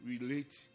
relate